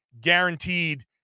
guaranteed